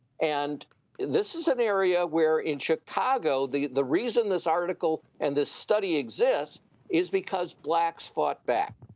and this is an area where in chicago the the reason this article and this study exists is because blacks fought back,